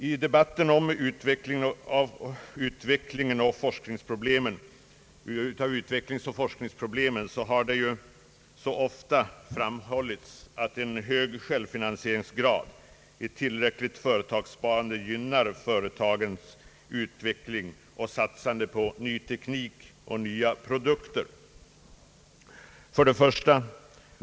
I debatten om utvecklingsoch forskningsproblemen har det gärna och ofta framhållits, att en hög självfinansieringsgrad och ett tillräckligt företagssparande gynnar företagens utveckling och satsande på ny teknik och nya produkter.